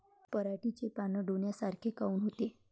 पराटीचे पानं डोन्यासारखे काऊन होते?